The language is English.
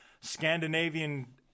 Scandinavian